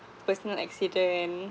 personal accident